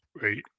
right